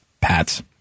Pats